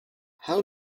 how